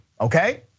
okay